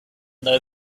though